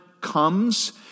comes